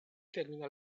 termina